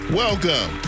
welcome